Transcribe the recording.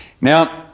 Now